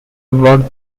worked